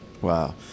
wow